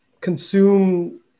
consume